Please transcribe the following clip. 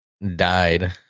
Died